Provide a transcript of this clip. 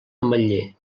ametller